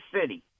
City